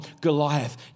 Goliath